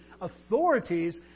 authorities